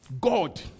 God